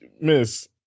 Miss